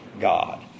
God